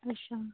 ਅੱਛਾ